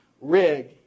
rig